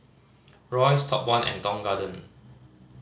Royce Top One and Tong Garden